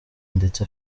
ndetse